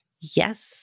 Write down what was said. Yes